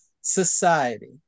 society